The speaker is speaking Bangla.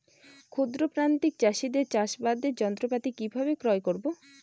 ক্ষুদ্র প্রান্তিক চাষীদের চাষাবাদের যন্ত্রপাতি কিভাবে ক্রয় করব?